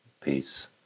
peace